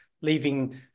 leaving